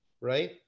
right